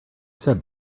said